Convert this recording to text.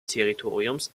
territoriums